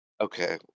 Okay